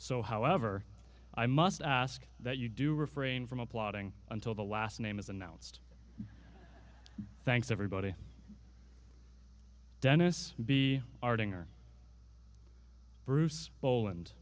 so however i must ask that you do refrain from applauding until the last name is announced thanks everybody dennis b arding or bruce boland